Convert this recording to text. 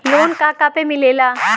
Loan का का पे मिलेला?